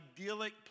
idyllic